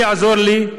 מי יעזור לי?